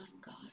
God